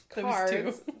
Cards